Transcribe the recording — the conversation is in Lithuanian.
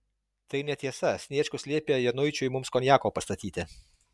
tai netiesa sniečkus liepė januičiui mums konjako pastatyti